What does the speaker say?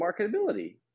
marketability